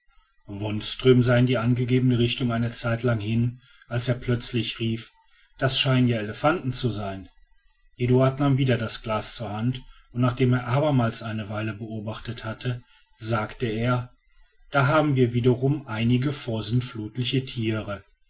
wonström sah in der angegebenen richtung eine zeitlang hin als er plötzlich rief das scheinen ja elephanten zu sein eduard nahm wieder das glas zur hand und nachden er abermals eine weile beobachtet hatte sagte er da haben wir wiederum einige vorsintflutliche tiere